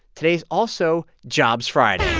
today's also jobs friday